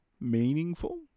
meaningful